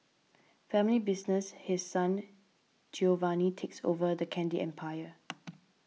family business His Son Giovanni takes over the candy empire